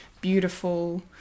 beautiful